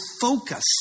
focus